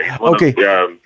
okay